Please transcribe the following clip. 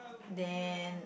then